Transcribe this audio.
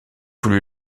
voulu